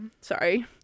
sorry